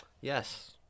yes